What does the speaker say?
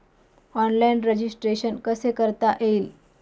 Online registration कसे करता येईल?